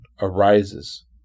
arises